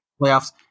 playoffs